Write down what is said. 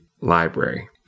library